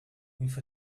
with